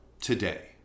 today